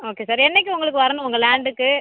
okay sir என்றைக்கு உங்களுக்கு வரணும் உங்கள் லேண்ட்டுக்கு